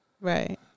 Right